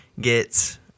get